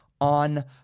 on